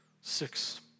six